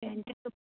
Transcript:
প্যান্টে